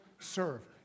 serve